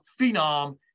phenom